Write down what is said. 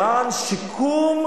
אין ביקורות מיוחדות למשרד התרבות.